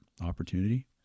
opportunity